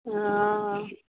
हँ